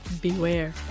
beware